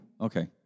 Okay